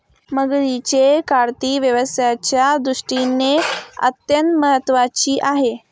मगरीची कातडी व्यवसायाच्या दृष्टीने अत्यंत महत्त्वाची आहे